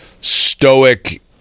stoic